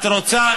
את רוצה,